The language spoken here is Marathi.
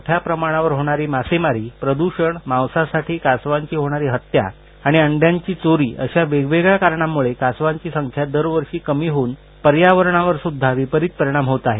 मोठ्या प्रमाणावर होणारी मासेमारी प्रद्रषण मांसासाठी कासवांची होणारी हत्या आणि अंड्याची चोरी अशा विविध कारणांमुळे कासवांची संख्या दरवर्षी कमी होऊन पर्यावरणावर विपरीत परिणाम होत आहे